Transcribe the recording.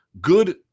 good